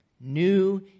New